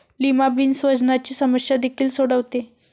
lima beans वजनाची समस्या देखील सोडवते